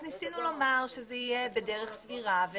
אז ניסינו לומר שזה יהיה בדרך סבירה,